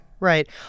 Right